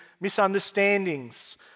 misunderstandings